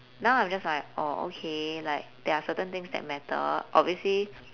now I'm just like oh okay there are certain things that matter obviously